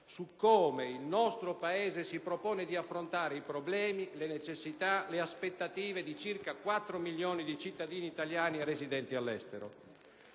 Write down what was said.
su come il nostro Paese si propone di affrontare i problemi, le necessità e le aspettative di circa 4 milioni di cittadini italiani residenti all'estero.